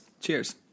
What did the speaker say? Cheers